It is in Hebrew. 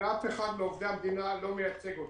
ואף אחד מעובדי המדינה לא מייצג אותה.